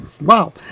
wow